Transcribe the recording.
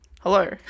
Hello